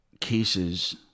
cases